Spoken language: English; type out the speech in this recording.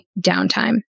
downtime